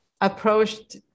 approached